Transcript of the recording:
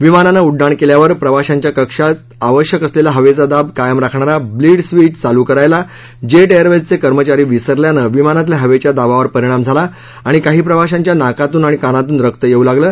विमानानं उड्डाण केल्यावर प्रवाशांच्या कक्षात आवश्यक असलेला हवेचा दाब कायम राखणारा ब्लीड स्विच चालू करायला जे एयरवेजचे कर्मचारी विसरल्यानं विमानातल्या हवेच्या दाबावर परिणाम झाला आणि काही प्रवाशांच्या नाकातून आणि कानातून रक्त येऊ लागलं